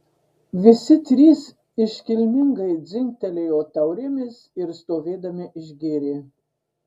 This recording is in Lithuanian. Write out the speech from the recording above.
visi trys iškilmingai dzingtelėjo taurėmis ir stovėdami išgėrė